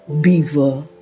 beaver